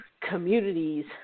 communities